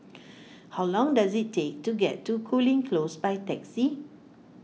how long does it take to get to Cooling Close by taxi